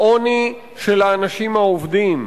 העוני של האנשים העובדים,